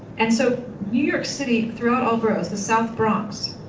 and so new york city, throughout all boroughs, the south bronx